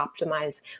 optimize